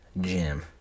gym